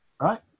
right